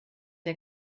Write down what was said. der